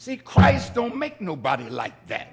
say christ don't make nobody like that